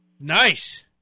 Nice